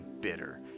bitter